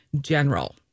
general